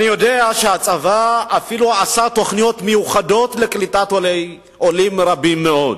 אני יודע שהצבא אפילו עשה תוכניות מיוחדות לקליטת עולים רבים מאוד,